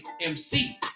MC